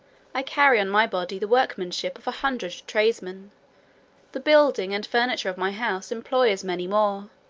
i carry on my body the workmanship of a hundred tradesmen the building and furniture of my house employ as many more,